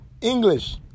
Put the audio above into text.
English